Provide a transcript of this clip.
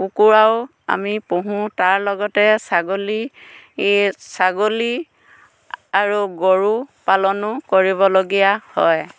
কুকুৰাও আমি পোহোঁ তাৰ লগতে ছাগলী ই ছাগলী আৰু গৰু পালনো কৰিবলগীয়া হয়